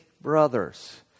brothers